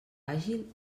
àgil